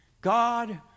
God